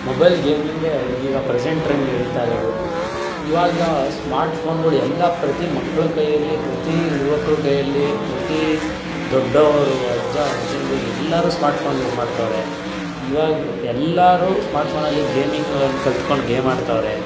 mobile ಗೇಮಿಂಗೇ ಈಗ present trend ನಡಿತಾ ಇರೋದು ಇವಾಗ ಸ್ಮಾರ್ಟ್ಫೋನ್ಗಳು ಎಲ್ಲ ಪ್ರತಿ ಮಕ್ಳ ಕೈಯಲ್ಲಿ ಪ್ರತಿ ಯುವಕ್ರ ಕೈಯಲ್ಲಿ ಪ್ರತಿ ದೊಡ್ಡವರು ಅಜ್ಜ ಅಜ್ಜಿಯಂದಿರು ಎಲ್ಲರೂ ಸ್ಮಾರ್ಟ್ಫೋನ್ ಯೂಸ್ ಮಾಡ್ತಾರೆ ಇವಾಗ ಎಲ್ಲರೂ ಸ್ಮಾರ್ಟ್ಫೋನ್ನಲ್ಲಿ ಗೇಮಿಂಗನ್ನು ಕಲ್ತ್ಕೊಂಡು ಗೇಮ್ ಆಡ್ತಾರೆ